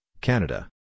Canada